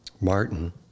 Martin